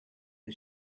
the